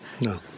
No